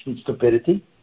stupidity